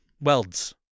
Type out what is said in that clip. Welds